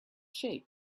shape